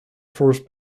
force